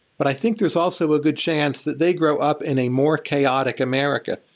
but i think there's also a good chance that they grow up in a more chaotic america.